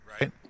right